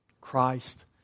Christ